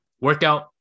workout